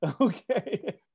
okay